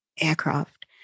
aircraft